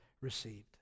received